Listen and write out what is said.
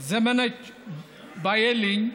ז'מנץ ביללין,